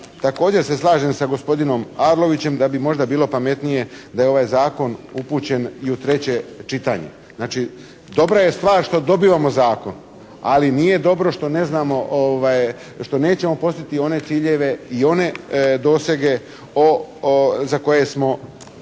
također se slažem sa gospodinom Arlovićem da bi možda bilo pametnije da je ovaj Zakon upućen i u treće čitanje. Znači dobra je stvar što dobivamo Zakon, ali nije dobro što ne znamo, što nećemo postići one ciljeve i one dosege za koje smo